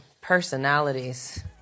personalities